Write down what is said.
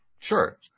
Sure